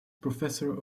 professor